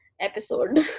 episode